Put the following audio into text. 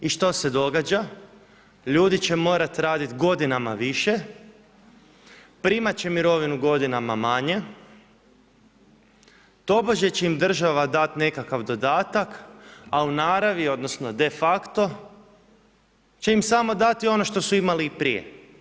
I što se događa? ljudi će morat radit godinama više, primat će mirovine godinama manje, tobože će im država dat nekakav dodatak, a u naravi, odnosno defakto će im samo dati ono što su imali i prije.